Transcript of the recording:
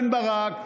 בן ברק,